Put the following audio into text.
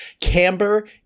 Camber